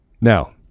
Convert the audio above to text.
Now